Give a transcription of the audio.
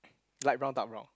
light brown dark brown